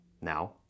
Now